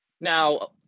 Now